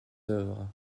œuvres